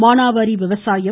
மானாவாரி விவசாயம்